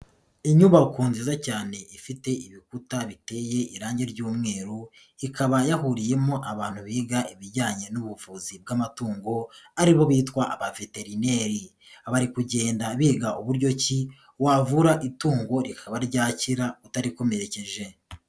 Inyubako nziza cyane ifite ibikuta biteye irangi ry'umweru, ikaba yahuriyemo abantu biga ibijyanye n'ubuvuzi bw'amatungo, ari bo bitwa abaveterineri. Bari kugenda biga uburyo ki, wavura itungo rikaba ryakira utarikomerekeje.